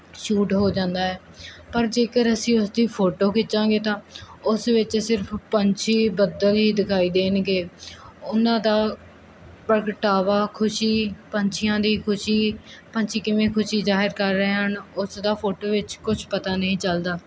shoot ਹੋ ਜਾਂਦਾ ਹੈ ਪਰ ਜੇਕਰ ਅਸੀਂ ਉਸਦੀ ਫੋਟੋ ਖਿੱਚਾਂਗੇ ਤਾਂ ਉਸ ਵਿੱਚ ਸਿਰਫ ਪੰਛੀ ਬੱਦਲ ਹੀ ਦਿਖਾਈ ਦੇਣਗੇ ਉਹਨਾਂ ਦਾ ਪ੍ਰਗਟਾਵਾ ਖੁਸ਼ੀ ਪੰਛੀਆਂ ਦੀ ਖੁਸ਼ੀ ਪੰਛੀ ਕਿਵੇਂ ਖੁਸ਼ੀ ਜ਼ਾਹਰ ਕਰ ਰਹੇ ਹਨ ਉਸ ਦਾ ਫੋਟੋ ਵਿੱਚ ਕੁਝ ਪਤਾ ਨਹੀਂ ਚੱਲਦਾ